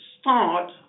start